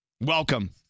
Welcome